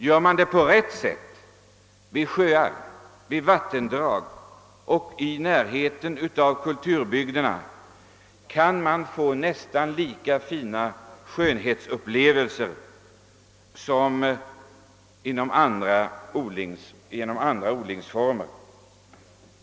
Går man riktigt till väga vid sjöar och vattendrag och i närheten av kulturbygder, kan man åstadkomma nästan lika fina skönhetsvärden som genom andra odlingsformer.